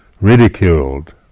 ridiculed